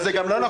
וזה גם לא נכון.